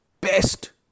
best